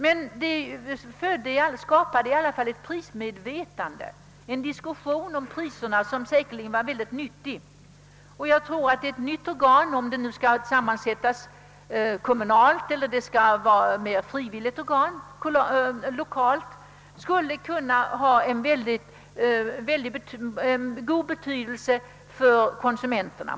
Men nämnden åstadkom i alla fall genom sin verksamhet ett prismedvetande, en diskussion om priserna som säkerligen var mycket nyttig. Jag tror att ett nytt lokalt organ av antingen kommunal eller mera frivillig natur skulle kunna ha en god effekt för konsumenterna.